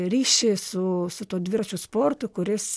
ryšį su su tuo dviračių sportu kuris